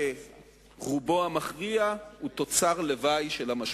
שרובו המכריע הוא תוצר לוואי של המשבר.